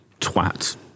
twat